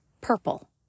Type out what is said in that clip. purple